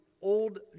old